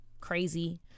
crazy